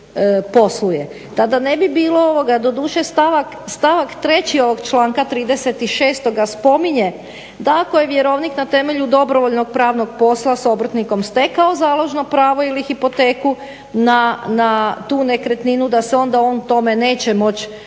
Tada ne bi bilo doduše stavak treći ovog članka 36. spominje da ako je vjerovnik na temelju dobrovoljnog pravnog posla s obrtnikom stekao založno pravo ili hipoteku na tu nekretninu da se onda on tome neće moći